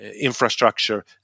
infrastructure